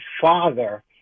father